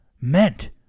meant